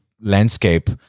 landscape